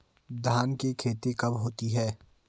धान की खेती कब होती है?